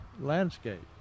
landscape